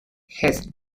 his